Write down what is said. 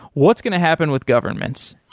what's going to happen with governments?